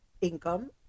income